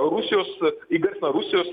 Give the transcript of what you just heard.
rusijos įgarsina rusijos